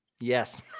Yes